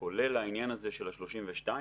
כולל לעניין הזה של ה-32,